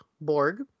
Borg